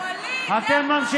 ווליד,